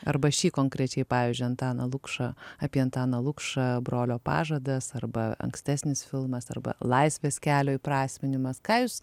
arba šį konkrečiai pavyzdžiui antaną lukšą apie antaną lukšą brolio pažadas arba ankstesnis filmas arba laisvės kelio įprasminimas ką jūs